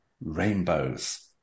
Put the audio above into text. rainbows